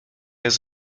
jest